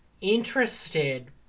interested